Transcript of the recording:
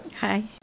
Hi